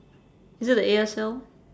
is it the A_S_L